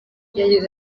yagize